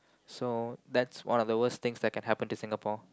so that's one of the worst things that can happen to Singapore